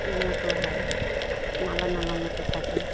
এ মতো হয় নালা নালা মতো থাকে